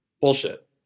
Bullshit